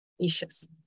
issues